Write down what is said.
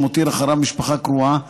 שמותיר אחריו משפחה קרועה,